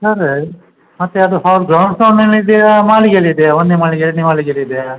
sir ಮತ್ತೆ ಅದು hall ground ಫ್ಲೋರ್ನಲ್ಲಿದೆಯಾ ಮಾಳಿಗೆಯಲ್ಲಿದೆಯಾ ಒಂದನೇ ಮಾಳಿಗೆ ಎರಡನೇ ಮಾಳಿಗೆಯಲ್ಲಿದೆಯಾ